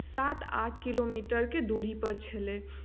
सात आठ किलोमीटरके दूरी पर छलै